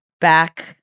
back—